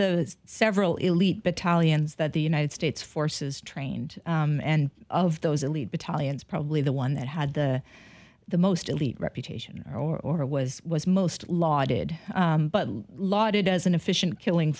the several elite battalions that the united states forces trained and of those elite battalions probably the one that had the the most elite reputation or was was most lauded but lauded as an efficient killing